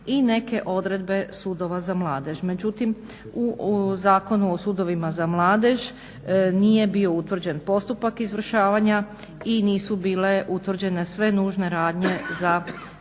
i neke odredbe sudova za mladež. Međutim, u Zakonu o sudovima za mladež nije bio utvrđen postupak izvršavanja i nisu bile utvrđene sve nužne radnje za